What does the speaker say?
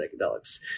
psychedelics